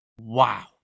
wow